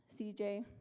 CJ